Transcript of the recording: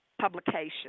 publication